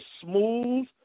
smooth